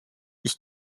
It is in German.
ich